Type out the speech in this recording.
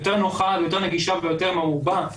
יותר נוחה ויותר נגישה ויותר מעובה לאוכלוסייה,